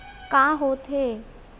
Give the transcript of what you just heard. का होथे?